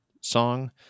song